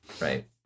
right